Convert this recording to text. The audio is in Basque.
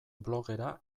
blogera